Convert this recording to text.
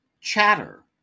Chatter